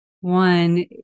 one